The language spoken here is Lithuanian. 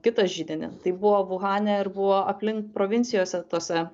kitą židinį tai buvo vuhane ir buvo aplink provincijose tose